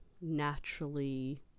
naturally